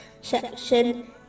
section